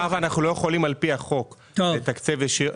לא יכולים על פי החוק לתקצב באופן ישיר,